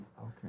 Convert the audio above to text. Okay